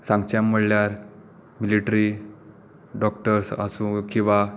सांगचें म्हळ्यार military doctors आसूं किंवा